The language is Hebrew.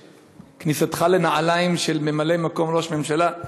בכניסתך לנעליים של ממלא מקום ראש ממשלה,